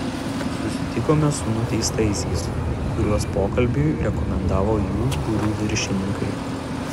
susitikome su nuteistaisiais kuriuos pokalbiui rekomendavo jų būrių viršininkai